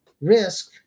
risk